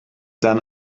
dann